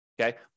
Okay